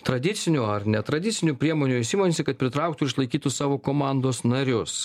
tradicinių ar netradicinių priemonių jos imasi kad pritrauktų ir išlaikytų savo komandos narius